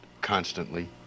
constantly